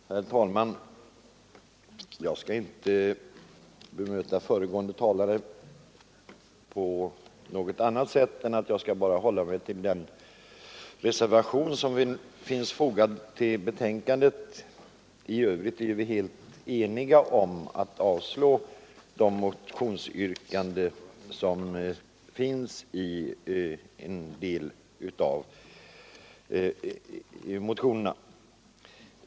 Herr talman! Jag skall inte bemöta föregående talare på annat sätt än genom att hålla mig till den reservation som finns fogad till betänkandet. I övrigt är vi helt eniga om att avstyrka de yrkanden som finns i en del av motionerna.